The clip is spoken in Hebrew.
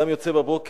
אדם יוצא בבוקר,